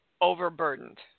overburdened